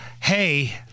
hey